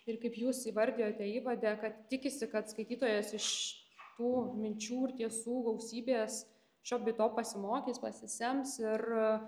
ir kaip jūs įvardijote įvade kad tikisi kad skaitytojas iš tų minčių ir tiesų gausybės šio bei to pasimokys pasisems ir